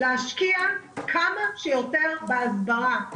להשקיע כמה שיותר בהסברה.